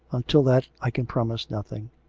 until that i can promise nothing.